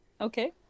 Okay